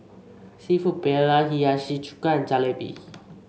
seafood Paella Hiyashi Chuka and Jalebi